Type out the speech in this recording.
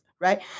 Right